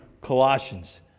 Colossians